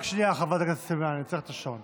רק שנייה, חברת הכנסת סלימאן, אני עוצר את השעון.